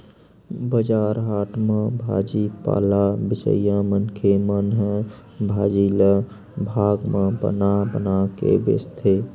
बजार हाट म भाजी पाला बेचइया मनखे मन ह भाजी ल भाग म बना बना के बेचथे